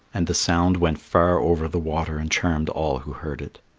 and the sound went far over the water and charmed all who heard it.